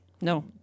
no